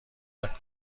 نکن